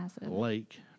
lake